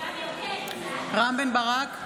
רם בן ברק,